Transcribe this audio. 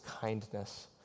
kindness